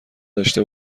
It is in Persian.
داشته